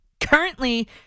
Currently